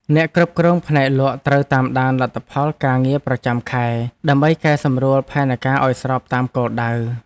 អ្នកគ្រប់គ្រងផ្នែកលក់ត្រូវតាមដានលទ្ធផលការងារប្រចាំខែ ដើម្បីកែសម្រួលផែនការឱ្យស្របតាមគោលដៅ។